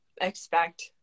expect